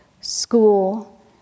school